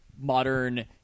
modern